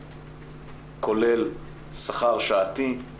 כולל שכר שעתי,